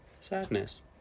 Sadness